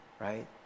right